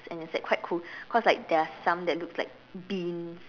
and it's like quite cool cause like there are some that looks like beans